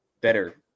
better